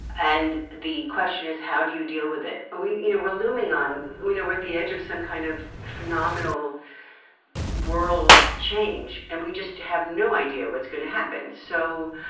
and the question is, how do you deal with it? we you know were looming on know with the edge of some kind of phenomenal world change. and we just have no idea what's going to happen. so,